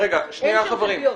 אין כלביות.